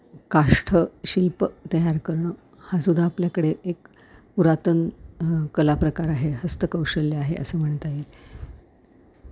काष्ठ शिल्प तयार करणं हासुद्धा आपल्याकडे एक पुरातन कलाप्रकार आहे हस्तकौशल्य आहे असं म्हणता येईल